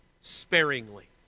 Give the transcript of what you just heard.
sparingly